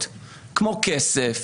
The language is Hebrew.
כמו כסף,